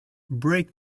break